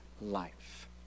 life